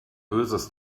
böses